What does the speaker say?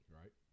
right